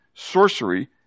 sorcery